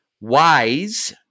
Wise